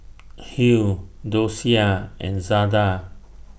Hill Docia and Zada